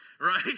right